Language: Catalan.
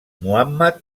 muhammad